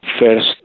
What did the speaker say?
first